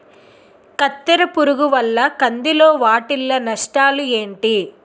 కత్తెర పురుగు వల్ల కంది లో వాటిల్ల నష్టాలు ఏంటి